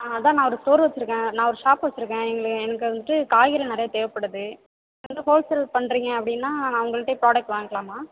ஆ அதுதான் நான் ஒரு ஸ்டோர் வெச்சுருக்கேன் நான் ஒரு ஷாப் வெச்சுருக்கேன் எங்கள் எனக்கு வந்துவிட்டு காய்கறிகள் நிறைய தேவைப்படுது அதனால் ஹோல்சேல் பண்ணுறிங்க அப்படின்னா நான் உங்கள்கிட்டே ப்ரோடக்ட் வாங்கலாமா